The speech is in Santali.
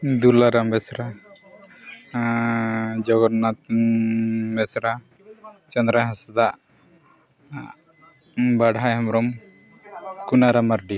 ᱫᱩᱞᱟᱨᱟᱢ ᱵᱮᱥᱨᱟ ᱟᱨ ᱡᱚᱜᱚᱱᱱᱟᱛ ᱵᱮᱥᱨᱟ ᱪᱟᱸᱫᱽᱫᱨᱟᱭ ᱦᱟᱸᱥᱫᱟ ᱵᱟᱰᱷᱟ ᱦᱮᱢᱵᱨᱚᱢ ᱠᱩᱱᱟᱹ ᱨᱟᱢ ᱢᱟᱨᱰᱤ